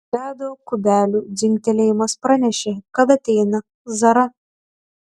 ledo kubelių dzingtelėjimas pranešė kad ateina zara